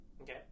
Okay